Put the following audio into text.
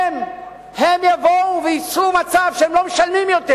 הם יבואו וייצרו מצב שהם לא משלמים יותר.